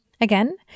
again